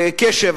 קשב.